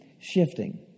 shifting